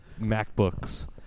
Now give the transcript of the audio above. MacBooks